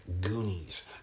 Goonies